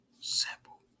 simple